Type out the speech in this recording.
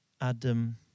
Adam